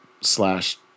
slash